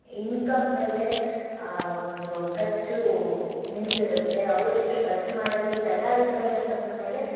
income ಮೇಲೆ ಆ ಒಂದು ಖರ್ಚು ನಿಂತಿರತ್ತೆ ಅವರೆಷ್ಟು ಖರ್ಚು ಮಾಡೋಕ್ಕೆ ತಯಾರಿದ್ದಾರೆ ಅನ್ನೋದ್ರ್ಮೇಲೆ